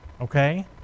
Okay